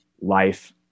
life